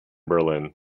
berlin